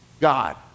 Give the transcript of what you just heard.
God